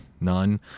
none